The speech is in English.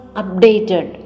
updated